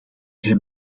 hem